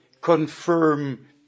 confirm